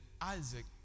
Isaac